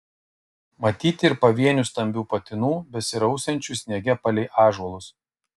matyti ir pavienių stambių patinų besirausiančių sniege palei ąžuolus